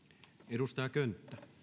arvoisa herra